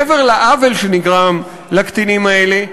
מעבר לעוול שנגרם לקטינים האלה,